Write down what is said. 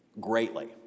greatly